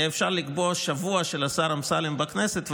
היה אפשר לקבוע שבוע של השר אמסלם בכנסת,